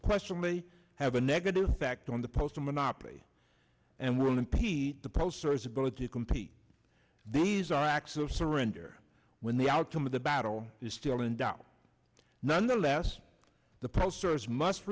unquestionably have a negative effect on the postal monopoly and will impede the posters ability to compete these are acts of surrender when the outcome of the battle is still in doubt nonetheless the posters must